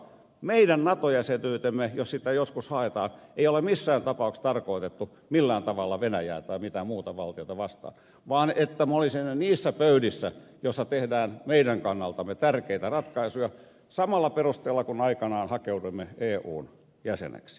meidän nato jäsenyytemme jos sitä joskus haetaan ei ole missään tapauksessa tarkoitettu millään tavalla venäjää tai mitään muuta valtiota vastaan vaan me olisimme niissä pöydissä joissa tehdään meidän kannaltamme tärkeitä ratkaisuja samalla perusteella kuin aikanaan hakeuduimme eun jäseneksi